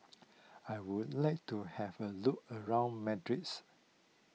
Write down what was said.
I would like to have a look around Madrids